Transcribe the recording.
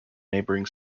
neighboring